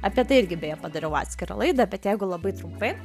apie tai irgi beje padariau atskirą laidą bet jeigu labai trumpai